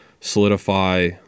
solidify